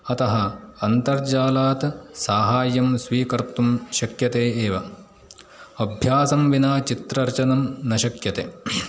अतः अन्तर्जालात् साहाय्यं स्वीकर्तुं शक्यते एव अभ्यासं विना चित्ररचनं न शक्यते